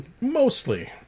mostly